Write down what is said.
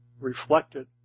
reflected